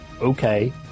okay